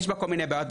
יש בה כל מיני בעיות.